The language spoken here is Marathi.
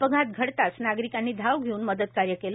अपघात घडताच नागरिकांनी धाव घेऊन मदतकार्य केल